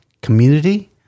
community